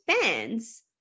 fans